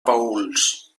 paüls